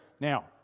Now